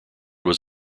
was